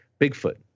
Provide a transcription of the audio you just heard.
Bigfoot